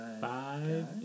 Five